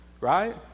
Right